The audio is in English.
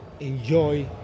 Enjoy